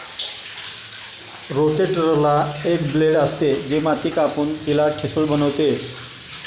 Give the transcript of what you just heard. रोटेटरला एक ब्लेड असते, जे माती कापून तिला ठिसूळ बनवते